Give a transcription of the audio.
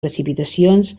precipitacions